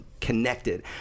connected